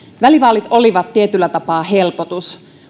välivaalit olivat tietyllä tapaa helpotus